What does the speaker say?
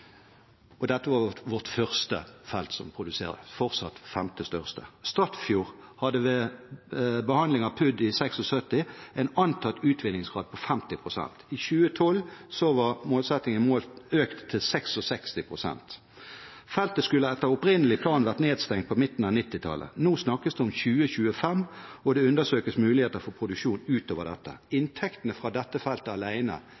Dette var vårt første felt, som fortsatt produserer – det femte største. Statfjord hadde ved behandlingen av PUD i 1976 en antatt utvinningsgrad på 50 pst. I 2012 var målsettingen økt til 66 pst. Feltet skulle etter opprinnelig plan vært nedstengt på midten av 1990-tallet. Nå snakkes det om 2025, og det undersøkes muligheter for produksjon utover dette. Inntektene fra dette feltet